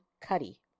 Cuddy